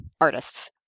artists